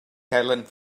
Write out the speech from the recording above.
talent